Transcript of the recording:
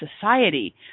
society